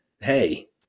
hey